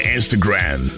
Instagram